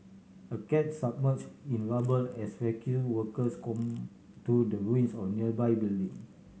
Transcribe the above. a car submerge in rubble as rescue workers comb through the ruins of nearby building